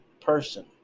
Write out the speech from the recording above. person